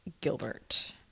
Gilbert